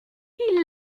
ils